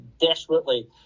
desperately